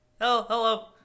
hello